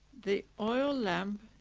the oil lamp,